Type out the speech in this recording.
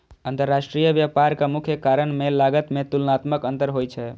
अंतरराष्ट्रीय व्यापारक मुख्य कारण मे लागत मे तुलनात्मक अंतर होइ छै